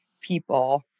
people